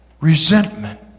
resentment